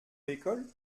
l’école